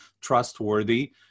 trustworthy